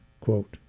quote